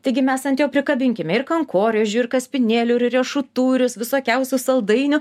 taigi mes ant jo prikabinkime ir kankorėžių ir kaspinėlių ir riešutų ir visokiausių saldainių